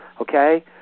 okay